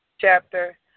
chapter